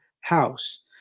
house